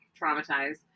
traumatized